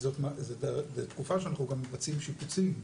זו תקופה שאנחנו גם מבצעים שיפוצים,